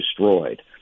destroyed